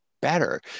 better